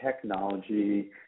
technology